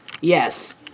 Yes